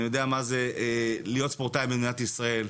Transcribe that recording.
אני יודע מה זה להיות ספורטאי במדינת ישראל.